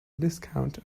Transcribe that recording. discount